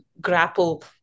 grapple